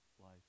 life